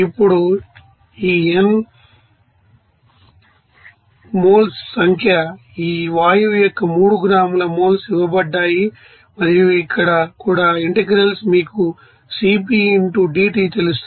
ఇప్పుడు ఈ n ఇక్కడ మోల్స్ సంఖ్య ఈ వాయువు యొక్క 3 గ్రాముల మోల్స్ ఇవ్వబడ్డాయి మరియు ఇక్కడ కూడా ఇంటెగ్రల్స్ మీకు Cp ఇంటూ dT తెలుస్తుంది